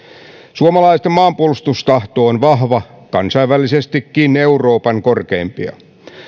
suomalaisten maanpuolustustahto on vahva kansainvälisestikin euroopan korkeimpia